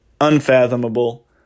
Unfathomable